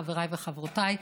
חבריי וחברותיי,